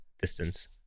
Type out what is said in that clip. distance